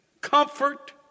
comfort